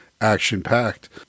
action-packed